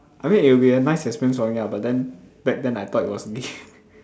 I mean it will be a nice experience for me lah but then back then I thought it was gay